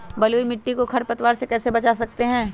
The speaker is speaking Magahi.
बलुई मिट्टी को खर पतवार से कैसे बच्चा सकते हैँ?